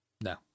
No